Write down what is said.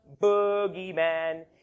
boogeyman